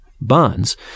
bonds